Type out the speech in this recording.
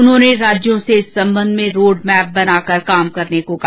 उन्होंने राज्यों से इस संबंध में रोडमैप बनाकर काम करने को कहा